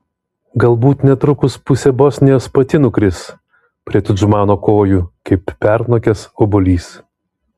galbūt netrukus pusė bosnijos pati nukris prie tudžmano kojų kaip pernokęs obuolys